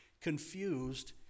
confused